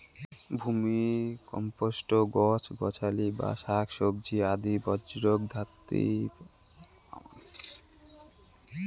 vermicompost গছ গছালি বা শাকসবজি আদি বর্জ্যক থাকি পাওয়াং যাই